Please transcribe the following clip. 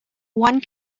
one